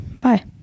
bye